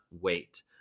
wait